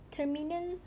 Terminal